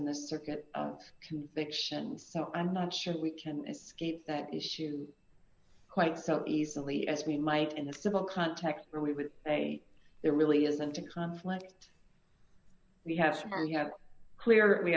and the circuit of conviction so i'm not sure we can escape that issue quite so easily as we might in a civil context where we would say there really isn't a conflict we have so far you have clear we